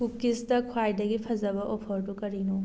ꯀꯨꯀꯤꯁꯇ ꯈ꯭ꯋꯥꯏꯗꯒꯤ ꯐꯖꯕ ꯑꯣꯐꯔꯗꯨ ꯀꯔꯤꯅꯣ